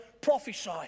prophesy